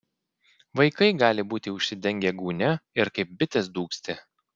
vaikai gali būti užsidengę gūnia ir kaip bitės dūgzti